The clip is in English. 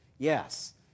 Yes